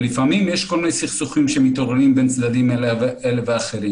ולפעמים יש כל מיני סכסוכים שמתעוררים בין צדדים אלה ואחרים,